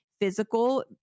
physical